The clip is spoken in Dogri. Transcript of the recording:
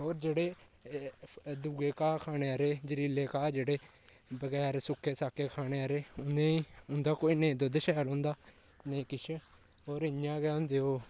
ओह् जेह्ड़े दूआ घाऽ खाने आह्ले जैहरीले घाऽ जेह्ड़े बगैर सु'क्के साक्के खाने आह्ले उ'नें ई उं'दा कोई नेईं दुद्ध शैल होंदा नेईं किश होर इ'यां गै होंदे ओह्